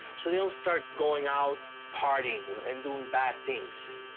so they don't start going out partying and doing bad things.